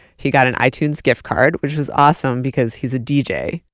he got an itunes gift card, which was awesome because he's a deejay.